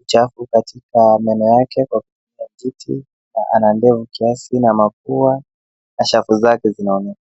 uchafu katika meno yake kwa kutumia kijiti na ana ndevu kiasi na mapua na shavu zake zinaonekana.